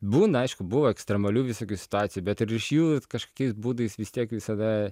būna aišku buvo ekstremalių visokių situacijų bet ir iš jų kažkokiais būdais vis tiek visada